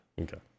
Okay